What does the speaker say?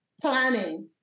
Planning